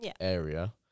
area